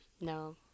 No